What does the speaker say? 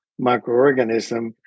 microorganism